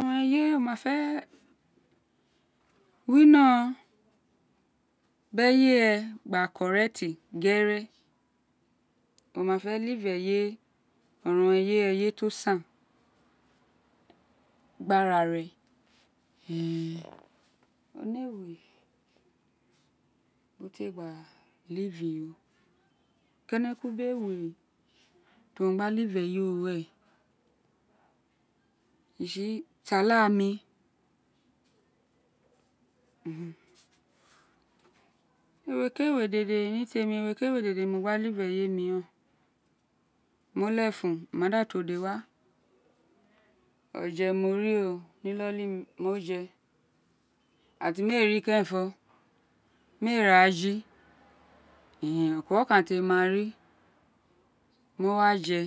Oronron eye wo ma fé wino bi eye re gba gere wo ma fé eyi oronron eye eye to san gbi arara one ewe bío te gba ro keneku bí ewe tu o gba eye ro we tsi ti olagmi ewe ki ewe dede mo gba eye mi ren o me ma lefun mo ma da tu ode wa oje mo ri o ni iloli mí mo je ira tí mí ee rí kerenfo mi ee re gba ji o ku ro okan temí ma rí mo wa jé